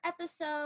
episode